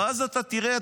ואז אתה תראה,